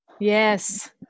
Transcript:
Yes